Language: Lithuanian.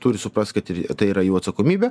turi suprast kad ir tai yra jų atsakomybė